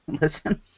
Listen